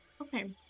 Okay